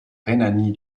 rhénanie